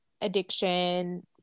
addiction